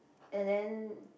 and then